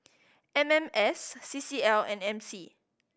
M M S C C L and M C